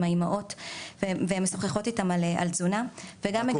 האימהות והן משוחחות איתן על תזונה וגם בחברה הבדואית.